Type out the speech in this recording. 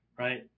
Right